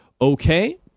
okay